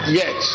yes